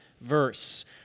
verse